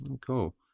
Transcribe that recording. Cool